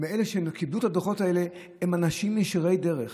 מאלה שקיבלו את הדוחות האלה הם אנשים ישרי דרך.